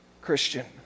Christian